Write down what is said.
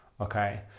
Okay